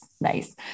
Nice